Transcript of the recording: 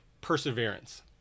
perseverance